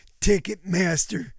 Ticketmaster